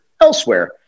elsewhere